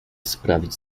sprawić